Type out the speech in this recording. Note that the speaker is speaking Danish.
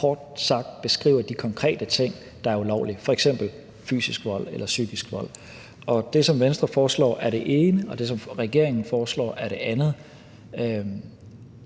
kort sagt beskriver de konkrete ting, der er ulovlige, f.eks. fysisk vold eller psykisk vold. Det, som Venstre foreslår, er det ene, og det, som regeringen foreslår, er det andet.